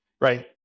right